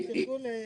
תרגול לצוותים.